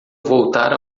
voltar